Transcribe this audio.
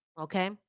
Okay